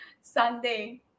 Sunday